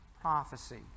prophecy